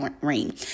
ring